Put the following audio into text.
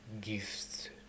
gifts